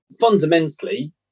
fundamentally